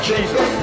Jesus